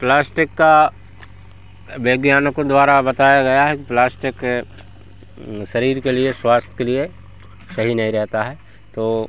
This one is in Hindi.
प्लास्टिक का वैज्ञानिकों द्वारा बताया गया है कि प्लास्टिक शरीर के लिए स्वास्थ्य के लिए सही नहीं रहता है तो